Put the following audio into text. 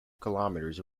kilometers